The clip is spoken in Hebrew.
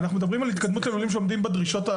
אנחנו מדברים על התקדמות ללולים שעומדים בדרישות.